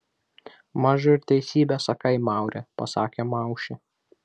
mažu ir teisybę sakai maure pasakė maušė